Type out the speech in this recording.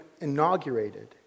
inaugurated